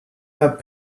that